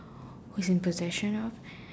who's in procession of